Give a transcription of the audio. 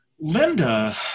Linda